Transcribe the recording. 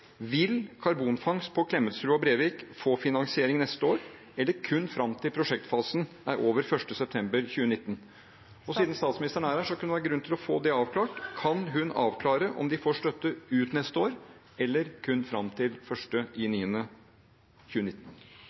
Vil karbonfangst på Klemetsrud og i Brevik få finansiering neste år, eller kun til prosjektfasen er over den 1. september 2019? Og siden statsministeren er her, kunne det være grunn til å få det avklart: Kan hun avklare om de får støtte ut neste år, eller kun fram til 1. september 2019?